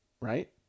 Right